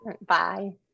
Bye